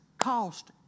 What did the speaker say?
cost